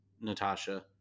natasha